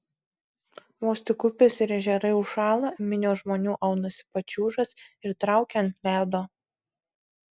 vos tik upės ir ežerai užšąla minios žmonių aunasi pačiūžas ir traukia ant ledo